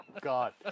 God